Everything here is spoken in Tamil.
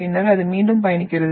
பின்னர் அது மீண்டும் பயணிக்கிறது